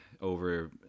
over